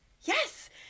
yes